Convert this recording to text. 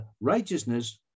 righteousness